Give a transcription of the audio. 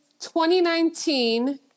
2019